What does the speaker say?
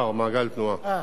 מעגל תנועה.